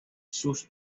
sus